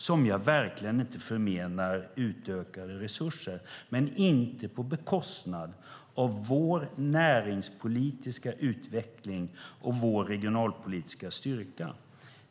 Jag förmenar verkligen inte dem utökade resurser, men inte på bekostnad av vår näringspolitiska utveckling och vår regionalpolitiska styrka.